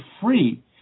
free